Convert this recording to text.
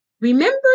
Remember